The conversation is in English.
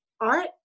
art